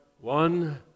one